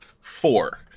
Four